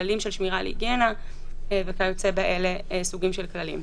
כללים של שמירה על היגיינה וכיוצא באלה סוגים של כללים.